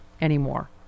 anymore